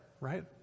right